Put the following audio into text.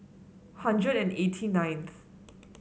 hundred and eighty ninth